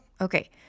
Okay